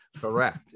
Correct